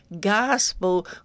gospel